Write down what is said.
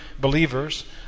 believers